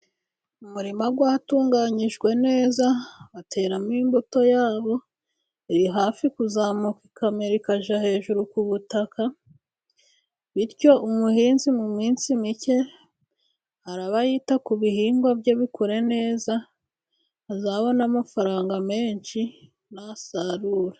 Umurima watunganyijwe neza, bateramo imbuto yabo iri hafi kuzamuka ikamera ikajya hejuru ku butaka, bityo umuhinzi mu minsi mike araba yita ku bihingwa bye bikure neza azabone amafaranga menshi nasarura.